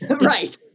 Right